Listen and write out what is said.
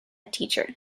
teacher